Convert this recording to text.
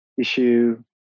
issue